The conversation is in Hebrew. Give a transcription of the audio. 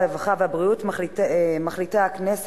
הרווחה והבריאות מחליטה הכנסת,